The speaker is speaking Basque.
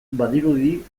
badirudi